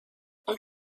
und